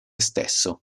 stesso